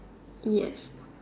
ya